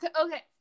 okay